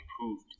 improved